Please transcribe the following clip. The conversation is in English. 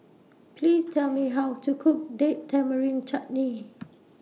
Please Tell Me How to Cook Date Tamarind Chutney